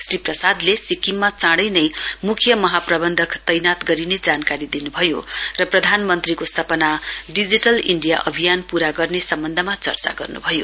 श्री प्रसादले सिक्किममा चाडै नै मुख्य महाप्रबन्धक तैनाथ गरिने जानकारी दिनुभयो र प्रधानमन्त्रीको सपना डिजिटल इण्डिया अभियान पूरा गर्ने सम्बन्धमा चर्चा गर्नुभयो